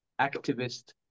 activist